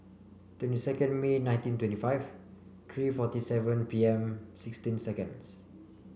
twenty second May nineteen twenty five three forty seven P M sixteen seconds